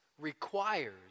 requires